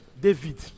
David